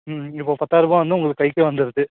ம் இப்போது பத்தாயிரரூபா வந்து உங்களுக்கு கைக்கே வந்துடுது